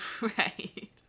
right